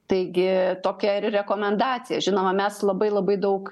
taigi tokia ir rekomendacija žinoma mes labai labai daug